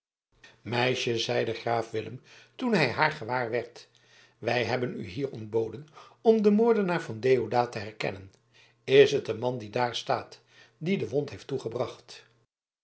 meisje zeide graaf willem toen hij haar gewaarwerd wij hebben u hier ontboden om den moordenaar van deodaat te herkennen is het de man die daar staat die de wond heeft toegebracht